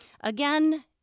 again